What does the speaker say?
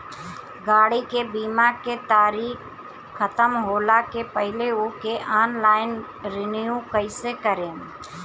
गाड़ी के बीमा के तारीक ख़तम होला के पहिले ओके ऑनलाइन रिन्यू कईसे करेम?